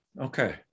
okay